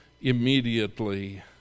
immediately